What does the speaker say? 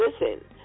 listen